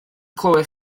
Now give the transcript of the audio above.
clywed